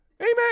amen